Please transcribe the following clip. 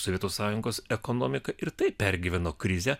sovietų sąjungos ekonomika ir taip pergyveno krizę